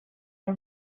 the